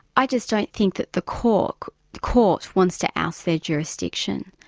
i just don't think that the court court wants to oust their jurisdiction,